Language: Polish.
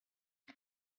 nie